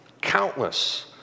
Countless